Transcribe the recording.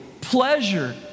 pleasure